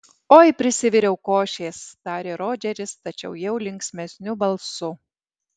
oi prisiviriau košės tarė rodžeris tačiau jau linksmesniu balsu